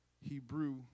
Hebrew